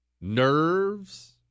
nerves